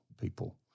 people